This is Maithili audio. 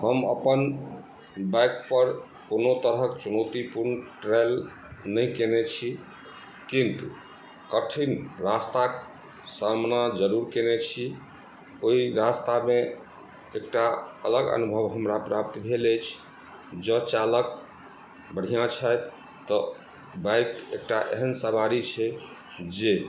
हम अपन बाइक पर कोनो तरहक चुनौतीपूर्ण ट्रैल नहि केने छी किन्तु कठिन रास्ताक सामना जरूर केने छी ओहि रास्तामे एकटा अलग अनुभव हमरा प्राप्त भेल अछि जॅं चालक बढ़िऑं छथि तऽ बाइक एकटा एहन सवारी छै जे